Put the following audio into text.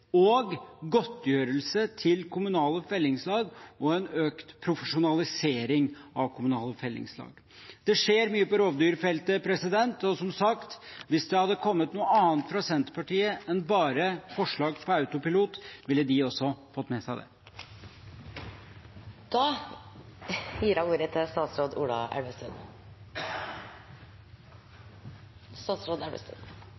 hunder, godtgjørelse til kommunale fellingslag og en økt profesjonalisering av kommunale fellingslag. Det skjer mye på rovdyrfeltet, og, som sagt, hvis det hadde kommet noe annet fra Senterpartiet enn bare forslag på autopilot, ville de også ha fått med seg det.